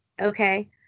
Okay